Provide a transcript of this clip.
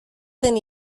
den